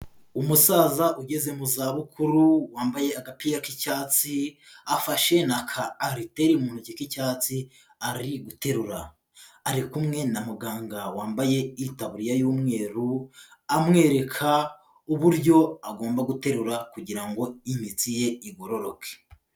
Umusaza ugeze mu za bukuru wambaye agapira k'icyatsi, afashe na ka ariteri mu ntoki k'icyatsi araterura. Ari kumwe na muganga wambaye itaburiya y'umweru amwereka uburyo agomba guterura kugira ngo imitsi ye igororoke.